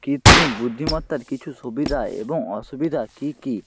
কৃত্রিম বুদ্ধিমত্তার কিছু সুবিধা এবং অসুবিধা কী কী